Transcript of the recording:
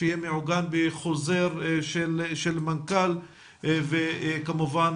שיהיה מעוגן בחוזר של מנכ"ל וכמובן